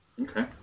okay